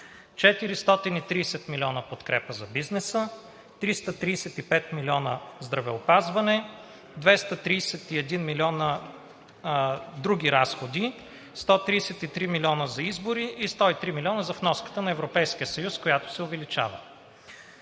430 милиона подкрепа за бизнеса; 335 милиона за здравеопазването; 231 милиона за други разходи; 133 милиона за избори и 103 милиона за вноската на Европейския съюз, която се увеличава.